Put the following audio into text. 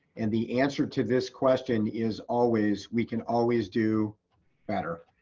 and the answer to this question is always, we can always do better.